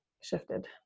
shifted